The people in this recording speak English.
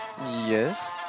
Yes